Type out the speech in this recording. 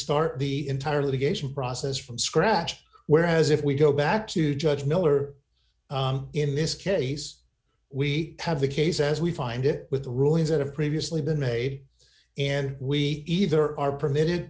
start the entire litigation process from scratch whereas if we go back to judge miller in this case we have the case as we find it with the rulings that have previously been made and we either are permitted